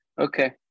Okay